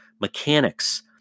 mechanics